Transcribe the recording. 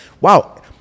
wow